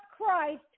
Christ